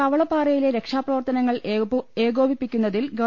കവളപ്പാറയിലെ രക്ഷാപ്രവർത്തനങ്ങൾ ഏകോപിപ്പിക്കുന്ന തിൽ ഗവ